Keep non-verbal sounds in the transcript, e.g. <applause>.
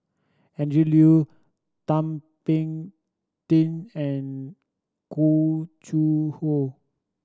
Andrew <unintelligible> Thum Ping Tjin and Khoo <unintelligible> Hoe